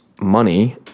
money